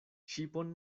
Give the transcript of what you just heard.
ŝipon